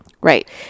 right